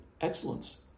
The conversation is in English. excellence